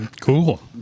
cool